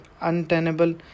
untenable